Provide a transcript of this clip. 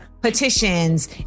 petitions